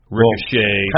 Ricochet